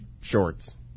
shorts